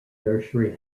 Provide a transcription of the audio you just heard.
nursery